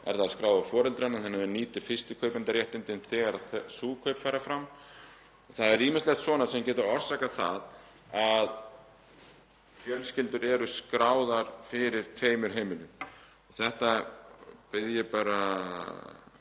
er það skráð á foreldrana þannig að það nýtir fyrstu kaupendaréttindin þegar þau kaup fara fram. Það er ýmislegt svona sem getur orsakað það að fjölskyldur eru skráðar fyrir tveimur heimilum. Þetta bið ég bara